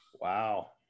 wow